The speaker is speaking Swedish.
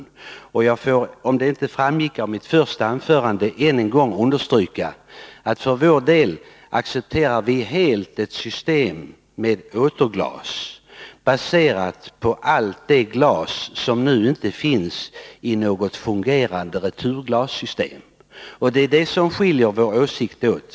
Jag får, eftersom det tydligen inte framgick av mitt första anförande, än en gång understryka att vi för vår del helt accepterar ett system med återglas, baserat på allt det glas som inte nu omfattas av något fungerande returglassystem. Det är på denna punkt som vi har skilda åsikter.